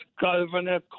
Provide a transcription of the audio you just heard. Governor